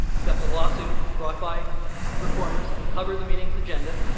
except the lawsuits brought by the reformers uncovered the meeting's agenda.